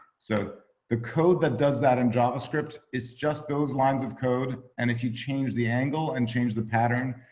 so the code that does that in javascript is just those lines of code. and if you change the angle and change the pattern,